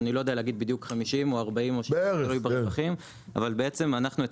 ואני לא יודע להגיד בדיוק 50 או 40 או 60. זה תלוי ברווחים.